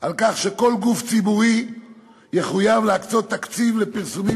על כך שכל גוף ציבורי יחויב להקצות תקציב לפרסומים